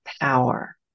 power